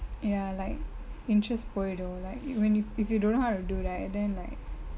ya like interest போய்டு:poidu like when you if you don't know how to do right then like